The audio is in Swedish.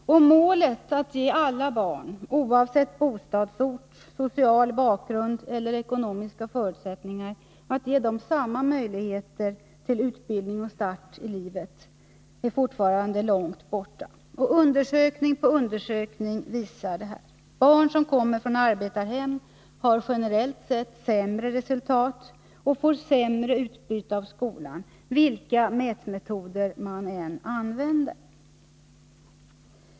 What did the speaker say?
Målet att ge alla barn, oavsett bostadsort, social bakgrund eller ekonomiska förutsättningar, samma möjligheter till utbildning och start i livet är fortfarande långt borta. Undersökning på undersökning visar detta. Barn som kommer från arbetarhem har generellt sett sämre resultat och får sämre utbyte av skolan, vilka mätmetoder man än använder.